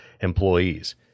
employees